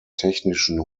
technischen